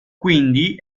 quindi